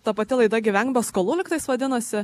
ta pati laida gyvenk be skolų lygtais vadinasi